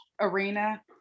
arena